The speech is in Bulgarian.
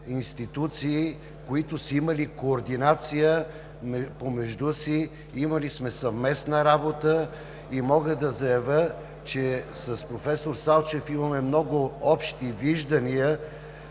институции, които са имали координация помежду си, имали сме съвместна работа и мога да заявя, че с професор Салчев имаме много общи виждания